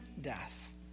death